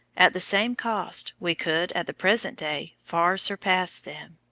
at the same cost, we could, at the present day, far surpass them.